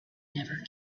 never